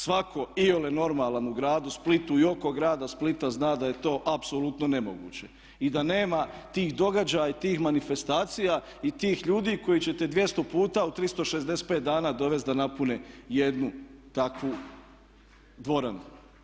Svatko iole normalan u gradu Splitu i oko grada Splita zna da je to apsolutno nemoguće i da nema tih događaja i tih manifestacija i tih ljudi koji će ti 200 puta u 365 dana dovesti da napune jednu takvu dvoranu.